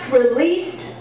released